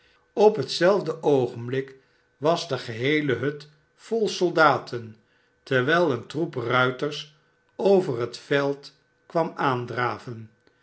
het zelfde oogenblik was de geheele hut vol soldaten terwijl een troep ruiters over het veld kwam aandraven